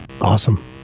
awesome